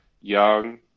young